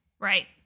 Right